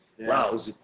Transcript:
Wow